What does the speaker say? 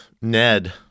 Ned